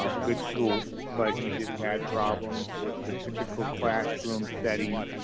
ah good school but he just had problems with the typical classroom setting.